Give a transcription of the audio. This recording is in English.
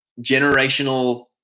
generational